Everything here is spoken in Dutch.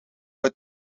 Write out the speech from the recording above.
het